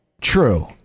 true